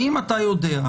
האם אתה יודע,